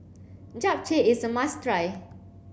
Japchae is a must try